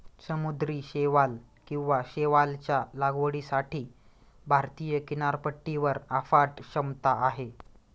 समुद्री शैवाल किंवा शैवालच्या लागवडीसाठी भारतीय किनारपट्टीवर अफाट क्षमता आहे